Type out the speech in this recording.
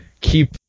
keep